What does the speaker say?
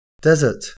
desert